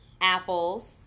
apples